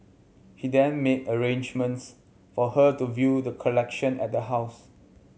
he then made arrangements for her to view the collection at the house